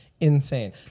insane